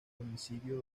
homicidio